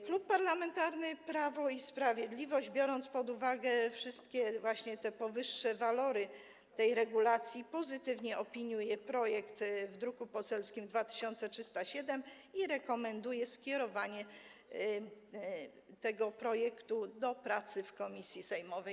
Klub Parlamentarny Prawo i Sprawiedliwość, biorąc pod uwagę wszystkie powyższe walory tej regulacji, pozytywnie opiniuje projekt zawarty w druku poselskim nr 2307 i rekomenduje skierowanie tego projektu do pracy w komisji sejmowej.